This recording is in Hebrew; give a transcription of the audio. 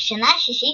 בשנה השישית,